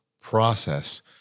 process